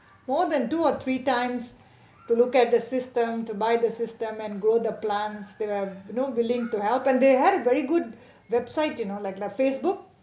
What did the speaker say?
more than two or three times to look at the system to buy the system and grow the plants they are you know willing to help and they had a very good website you know like like Facebook